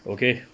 okay